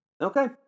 Okay